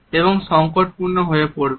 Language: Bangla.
এবং সংকটপূর্ণ হয়ে পড়বে